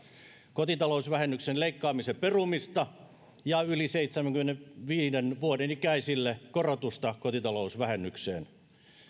kotitalousvähennyksen leikkaamisen perumista ja yli seitsemänkymmenenviiden vuoden ikäisille korotusta kotitalousvähennykseen